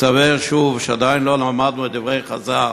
מסתבר שוב שעדיין לא למדנו את דברי חז"ל: